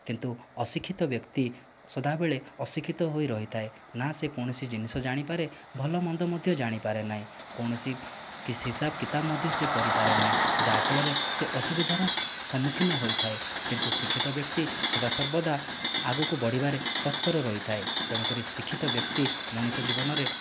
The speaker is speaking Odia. କିନ୍ତୁ ଅଶିକ୍ଷିତ ବ୍ୟକ୍ତି ସଦାବେଳେ ଅଶିକ୍ଷିତ ହୋଇ ରହିଥାଏ ନା ସେ କୌଣସି ଜିନିଷ ଜାଣିପାରେ ଭଲ ମନ୍ଦ ମଧ୍ୟ ଜାଣିପାରେ ନାହିଁ କୌଣସି କିଶି ହିସାବ କିତାବ ମଧ୍ୟ ସେ କରିପାରେ ନାହିଁ ଯାହାଫଳରେ ସେ ଅସୁବିଧାର ସମ୍ମୁଖୀନ ହୋଇଥାଏ କିନ୍ତୁ ଶିକ୍ଷିତ ବ୍ୟକ୍ତି ସଦା ସର୍ବଦା ଆଗକୁ ବଢ଼ିବାରେ ତତ୍ପର ରହିଥାଏ ତେଣୁ କରି ଶିକ୍ଷିତ ବ୍ୟକ୍ତି ମଣିଷ ଜୀବନରେ